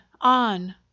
on